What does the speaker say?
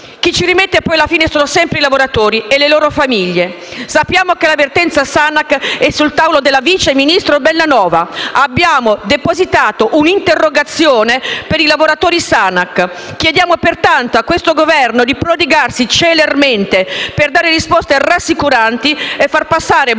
Chi ci rimette alla fine sono sempre i lavoratori e le loro famiglie. Sappiamo che la vertenza Sanac è sul tavolo della vice ministro Bellanova. Abbiamo depositato un'interrogazione per i lavoratori Sanac. Chiediamo pertanto a questo Governo di prodigarsi celermente per dare risposte rassicuranti e far passare buone